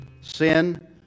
sin